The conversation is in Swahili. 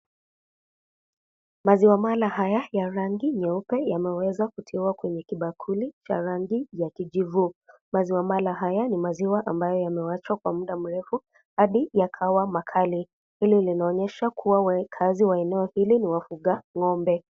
Maziwa mara haya ya rangi nyeupe, yameweza kutiwa kwenye kibakuli, cha rangi, ya kijivu, maziwa mara haya ni maziwa ambayo yameachwa kwa mda mrefu hadi yakawa makali, hili linaonyesha kuwa wakaazi wa eneo hili ni wafuga, ngombe.